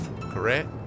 correct